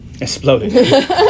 Exploded